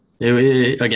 again